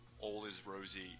all-is-rosy